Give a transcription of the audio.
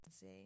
see